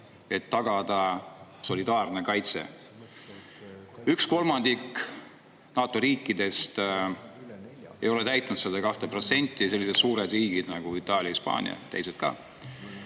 et tagada solidaarne kaitse. Üks kolmandik NATO riikidest ei ole täitnud seda 2%: sellised suured riigid, nagu Itaalia, Hispaania, teised ka.